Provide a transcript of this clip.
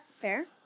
fair